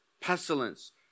pestilence